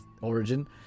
origin